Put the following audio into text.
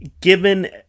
given